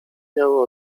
miały